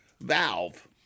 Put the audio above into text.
valve